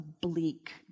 bleak